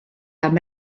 amb